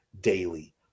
daily